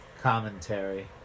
commentary